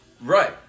Right